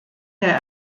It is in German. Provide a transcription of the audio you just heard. der